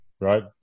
Right